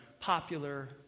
popular